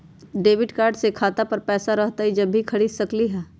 Debit card से खाता पर पैसा रहतई जब ही खरीद सकली ह?